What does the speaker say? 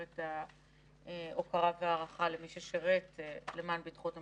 את ההוקרה והערכה למי ששירת למען ביטחון המדינה.